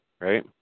right